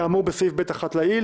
אתם מדברים על שני חוקים חשובים מאוד.